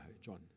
John